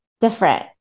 different